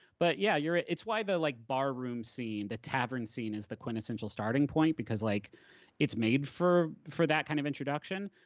but, yeah, it's why the like bar room scene, the tavern scene, is the quintessential starting point because like it's made for for that kind of introduction.